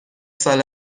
سال